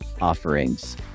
offerings